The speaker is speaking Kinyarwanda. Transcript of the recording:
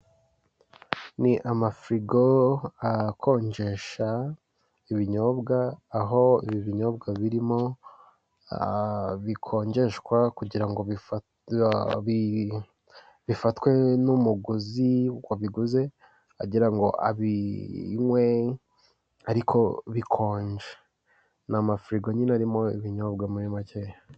Ni amafirigo akonjesha ibinyobwa, aho ibi binyobwa birimo bikonjeshwa kugira ngo bifatwe n'umuguzi wabiguze agira ngo abinywe ariko bikonje, ni amafirigo nyine arimo ibinyobwa muri makeya.